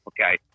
okay